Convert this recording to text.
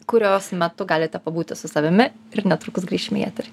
kurios metu galite pabūti su savimi ir netrukus grįšime į eterį